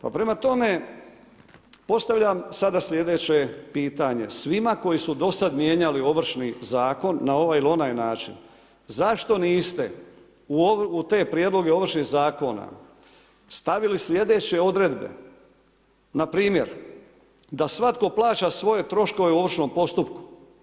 Pa prema tome, postavljam sada slijedeće pitanje svima koji su dosad mijenjali Ovršni zakon na ovaj ili onaj način, zašto niste u te prijedloge Ovršnog zakona stavili slijedeće odredbe, npr. da svatko plaća svoje troškove ovršnog postupka.